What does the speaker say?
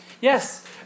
Yes